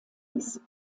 ließ